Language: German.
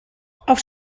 auf